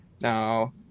Now